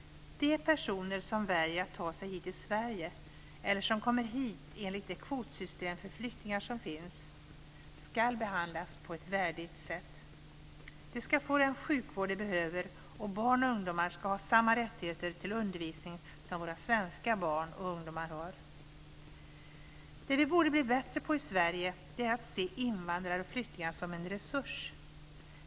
De personer som väljer att ta sig hit till Sverige eller som kommer hit enligt det kvotsystem för flyktingar som finns ska behandlas på ett värdigt sätt. De ska få den sjukvård som de behöver. Barn och ungdomar ska ha samma rättigheter till undervisning som våra svenska barn och ungdomar har. Det som vi borde bli bättre på i Sverige är att se invandrare och flyktingar som en resurs.